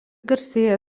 garsėja